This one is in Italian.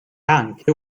anche